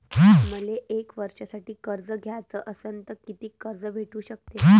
मले एक वर्षासाठी कर्ज घ्याचं असनं त कितीक कर्ज भेटू शकते?